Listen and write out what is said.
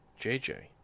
JJ